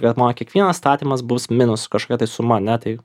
kad mano kiekvienas statymas bus minus kažkokia tai suma ane tai